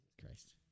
Christ